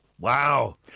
Wow